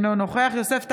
אינו נוכח יוסף טייב,